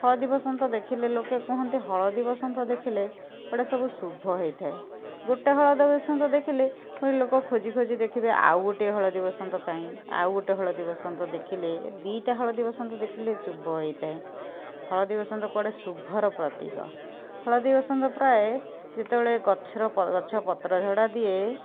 ହଳଦୀ ବସନ୍ତ ଦେଖିଲେ ଲୋକେ କୁହନ୍ତି ହଳଦୀ ବସନ୍ତ ଦେଖିଲେ କୁଆଡ଼େ ସବୁ ଶୁଭ ହୋଇଥାଏ ଗୋଟେ ହଳଦୀ ବସନ୍ତ ଦେଖିଲେ ପୁଣି ଲୋକେ ଖୋଜି ଖୋଜି ଦେଖିବେ ଆଉ ଗୋଟେ ହଳଦୀ ବସନ୍ତ କାଇଁ ଆଉ ଗୋଟେ ହଳଦୀ ବସନ୍ତ ଦେଖିଲେ ଦୁଇଟା ହଳଦୀ ବସନ୍ତ ଦେଖିଲେ ଶୁଭ ହୋଇଥାଏ ହଳଦୀ ବସନ୍ତ କୁଆଡ଼େ ଶୁଭର ପ୍ରତୀକ ହଳଦୀ ବସନ୍ତ ପ୍ରାୟେ ଯେତେ ବେଳେ ଗଛର ପ ଗଛ ପତ୍ର ଝଡ଼ା ଦିଏ